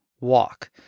walk